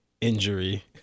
injury